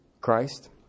Christ